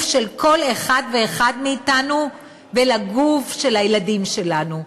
של כל אחד ואחד מאתנו ולגוף של הילדים שלנו.